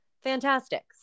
Fantastic